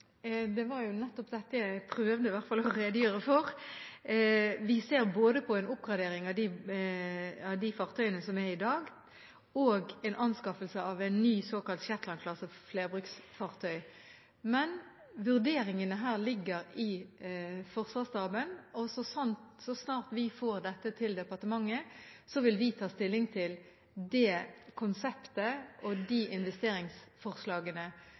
Det var jo nettopp dette jeg i hvert fall prøvde å redegjøre for. Vi ser på både en oppgradering av de fartøyene som er i dag og en anskaffelse av en ny såkalt Shetland-klasse flerbruksfartøy, men vurderingene her ligger i Forsvarsstaben. Så snart vi får dette til departementet, vil vi ta stilling til det konseptet og de investeringsforslagene